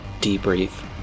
debrief